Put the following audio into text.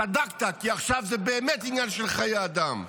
צדקת, כי עכשיו זה באמת עניין של חיי אדם,